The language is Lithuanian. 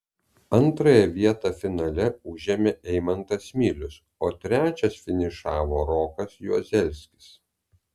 antrąją vietą finale užėmė eimantas milius o trečias finišavo rokas juozelskis